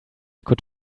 could